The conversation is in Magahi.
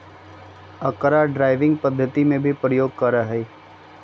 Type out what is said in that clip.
अकरा ड्राइविंग पद्धति में भी प्रयोग करा हई